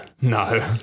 No